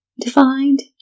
defined